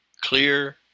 clear